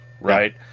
right